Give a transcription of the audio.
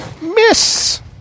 Miss